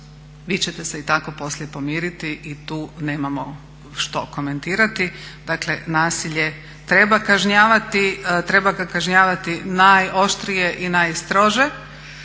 vi ćete se i tako poslije pomiriti i tu nemamo što komentirati. Dakle, nasilje treba kažnjavati, treba ga kažnjavati najoštrije i najstrože.